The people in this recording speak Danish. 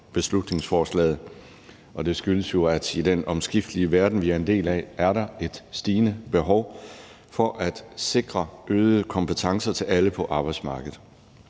beslutningsforslaget. Det skyldes jo, at i den omskiftelige verden, vi er en del af, er der et stigende behov for at sikre øgede kompetencer til alle på arbejdsmarkedet